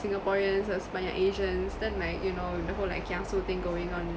singaporeans there's banyak asians then like you know the whole like kiasu thing going on